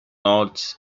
north